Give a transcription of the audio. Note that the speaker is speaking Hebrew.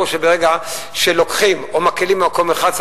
ברור שברגע שלוקחים או מקלים במקום אחד,